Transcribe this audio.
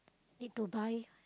need to buy